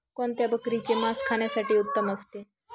कोणत्या बकरीचे मास खाण्यासाठी उत्तम असते?